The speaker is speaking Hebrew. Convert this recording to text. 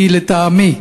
כי לטעמי